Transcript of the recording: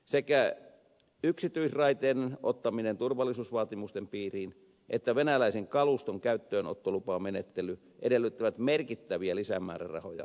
sekä yksityisraiteiden ottaminen turvallisuusvaatimusten piiriin että venäläisen kaluston käyttöönottolupamenettely edellyttävät merkittäviä lisämäärärahoja liikenteen hallintoon